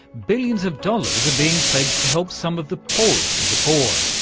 billions of dollars are being pledged to help some of the poorest of the poor.